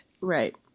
Right